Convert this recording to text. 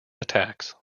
attacks